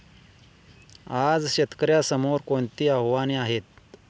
आज शेतकऱ्यांसमोर कोणती आव्हाने आहेत?